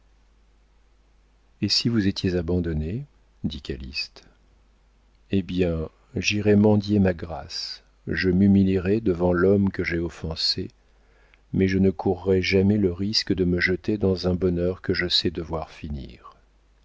et si vous étiez abandonnée dit calyste eh bien j'irai mendier ma grâce je m'humilierai devant l'homme que j'ai offensé mais je ne courrai jamais le risque de me jeter dans un bonheur que je sais devoir finir